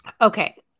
Okay